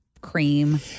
cream